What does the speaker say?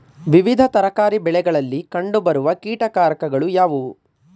ವಿವಿಧ ತರಕಾರಿ ಬೆಳೆಗಳಲ್ಲಿ ಕಂಡು ಬರುವ ಕೀಟಕಾರಕಗಳು ಯಾವುವು?